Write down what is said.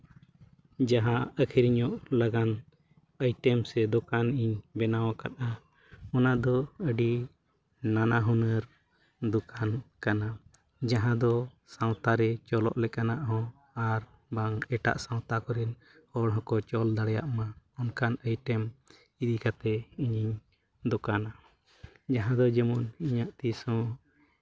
ᱡᱟᱦᱟᱸ ᱟᱹᱠᱷᱨᱤᱧᱚᱜ ᱞᱟᱜᱟᱫ ᱟᱭᱴᱮᱢ ᱥᱮ ᱫᱚᱠᱟᱱᱤᱧ ᱵᱮᱱᱟᱣ ᱟᱠᱟᱫᱟ ᱚᱱᱟᱫᱚ ᱟᱹᱰᱤ ᱱᱟᱱᱟ ᱦᱩᱱᱟᱹᱨ ᱫᱚᱠᱟᱱ ᱠᱟᱱᱟ ᱡᱟᱦᱟᱸ ᱫᱚ ᱥᱟᱶᱛᱟᱨᱮ ᱪᱚᱞᱚᱜ ᱞᱮᱠᱟᱱᱟᱜ ᱦᱚᱸ ᱟᱨ ᱵᱟᱝ ᱮᱴᱟᱜ ᱥᱟᱶᱛᱟ ᱠᱚᱨᱮᱜ ᱦᱚᱲ ᱦᱚᱸᱠᱚ ᱡᱚᱢ ᱫᱟᱲᱮᱭᱟᱜ ᱢᱟ ᱚᱱᱠᱟᱱ ᱟᱭᱴᱮᱢ ᱤᱫᱤ ᱠᱟᱛᱮᱫ ᱤᱧᱤᱧ ᱫᱳᱠᱟᱱᱟ ᱡᱟᱦᱟᱸ ᱫᱚ ᱡᱮᱢᱚᱱ ᱤᱧᱟᱹᱜ ᱛᱤᱥᱦᱚᱸ